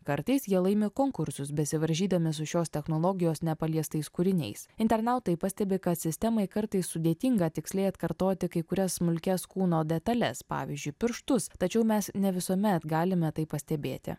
kartais jie laimi konkursus besivaržydami su šios technologijos nepaliestais kūriniais internautai pastebi kad sistemai kartais sudėtinga tiksliai atkartoti kai kurias smulkias kūno detales pavyzdžiui pirštus tačiau mes ne visuomet galime tai pastebėti